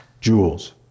jewels